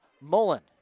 Mullen